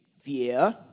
fear